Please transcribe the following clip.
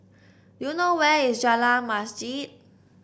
do you know where is Jalan Masjid